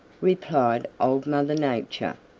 replied old mother nature.